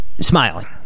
Smiling